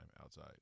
outside